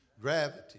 gravity